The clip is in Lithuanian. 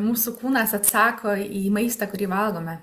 mūsų kūnas atsako į maistą kurį valgome